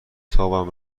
تاپم